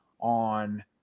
on